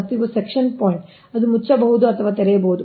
ಮತ್ತು ಇವು section point ಅದು ಮುಚ್ಚಬಹುದು ಅಥವಾ ತೆರೆಯಬಹುದು